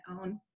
own